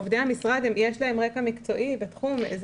לעובדי המשרד יש רקע מקצועי בתחום.